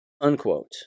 Unquote